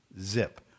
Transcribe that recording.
zip